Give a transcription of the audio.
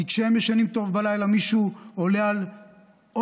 כי כשהם ישנים טוב בלילה מישהו עולה על אוטו